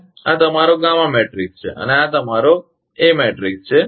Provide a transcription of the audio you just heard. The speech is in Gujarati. અને આ તમારો ગામા મેટ્રિક્સ છે અને આ તમારો એ મેટ્રિક્સ છે